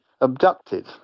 abducted